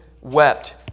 wept